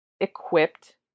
Equipped